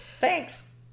Thanks